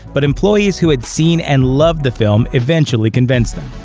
but employees who had seen and loved the film eventually convinced them.